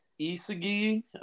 Isagi